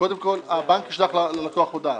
קודם כל, הבנק ישלח ללקוח הודעה.